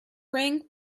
ring